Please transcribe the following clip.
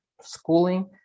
schooling